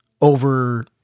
over